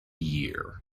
year